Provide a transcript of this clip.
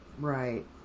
right